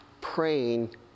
praying